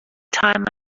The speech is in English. time